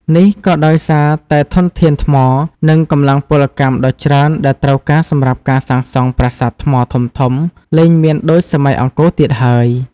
នេះក៏ដោយសារតែធនធានថ្ម និងកម្លាំងពលកម្មដ៏ច្រើនដែលត្រូវការសម្រាប់ការសាងសង់ប្រាសាទថ្មធំៗលែងមានដូចសម័យអង្គរទៀតហើយ។